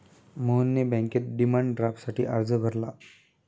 मोहनने बँकेत डिमांड ड्राफ्टसाठी अर्ज भरला